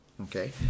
okay